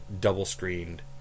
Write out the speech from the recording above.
double-screened